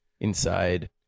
inside